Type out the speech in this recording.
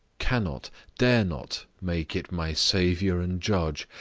cannot dare not make it my saviour and judge,